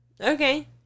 Okay